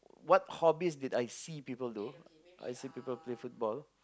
what hobbies did I see people do I see people play football